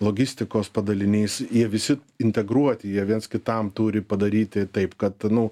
logistikos padalinys jie visi integruoti jie viens kitam turi padaryti taip kad nu